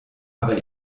aber